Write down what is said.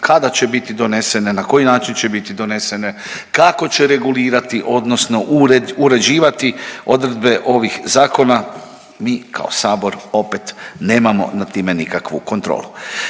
kada će biti donesene, na koji način će biti donesene, kako će regulirati odnosno uređivati odredbe ovih zakona mi kao Sabor opet nemamo nad time nikakvu kontrolu.